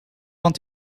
want